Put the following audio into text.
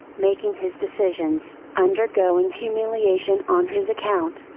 making his decisions, undergoing humiliation on his account,